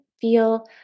feel